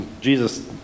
Jesus